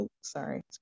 Sorry